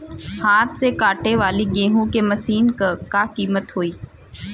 हाथ से कांटेवाली गेहूँ के मशीन क का कीमत होई?